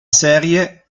serie